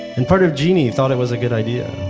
and part of genie thought it was a good idea,